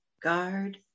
guard